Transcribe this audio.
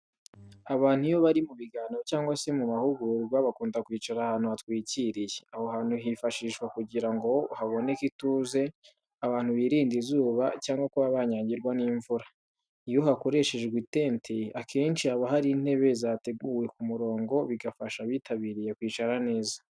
Abantu iyo bari mu biganiro cyangwa se mu mahugurwa, bakunda kwicara ahantu hatwikiriye. Aho hantu hifashishwa kugira ngo haboneke ituze, abantu birinde izuba, cyangwa kuba banyagirwa n'imvura. Iyo hakoreshejwe itente, akenshi haba hari intebe zateguwe ku murongo, bigafasha abitabiriye kwicara neza.